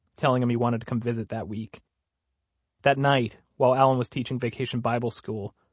telling him he wanted to come visit that week that night, while allen was teaching vacation bible school,